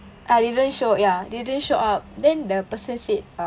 ah didn't show ya they didn't show up then the person said